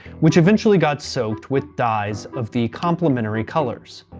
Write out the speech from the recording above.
which eventually got soaked with dyes of the complementary colors.